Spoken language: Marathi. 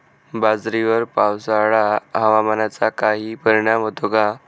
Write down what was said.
बाजरीवर पावसाळा हवामानाचा काही परिणाम होतो का?